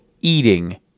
eating